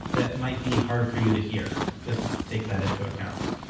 that might be hard for you to hear. just take that into account.